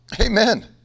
Amen